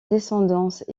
descendance